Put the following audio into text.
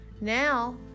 now